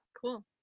Cool